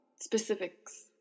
specifics